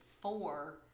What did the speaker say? four